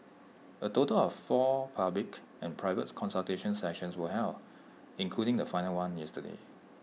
A total of four public and private consultation sessions were held including the final one yesterday